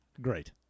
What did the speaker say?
Great